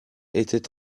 était